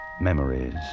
Memories